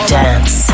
dance